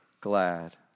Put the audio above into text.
glad